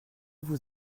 vous